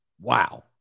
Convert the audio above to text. wow